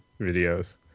videos